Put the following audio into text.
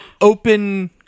open